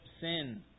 sin